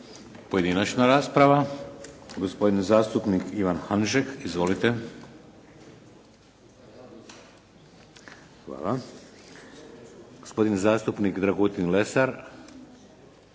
Pojedinačna rasprava. Gospodin zastupnik Ivan Hanžek. Izvolite. Hvala. Gospodin zastupnik Dragutin Lesar.